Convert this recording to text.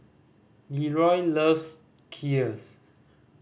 Leroy loves Kheers